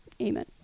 Amen